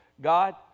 god